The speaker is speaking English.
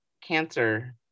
cancer